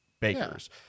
Bakers